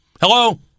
Hello